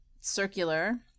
circular